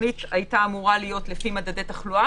התוכנית היתה אמורה להיות לפי מדדי תחלואה.